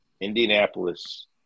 Indianapolis